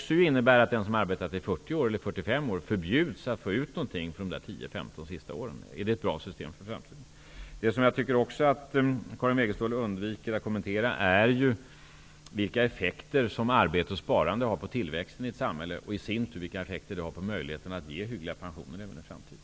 Men den innebär också att den som har arbetat i 40 år eller 45 år inte får ut någonting för de sista 10--15 åren. Är det ett bra system för framtiden? Karin Wegestål undviker också att kommentera vilka effekter som arbete och sparande har på tillväxten i ett samhälle och vilka effekter detta i sin tur har på möjligheten att ge hyggliga pensioner även i framtiden.